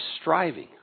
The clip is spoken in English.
striving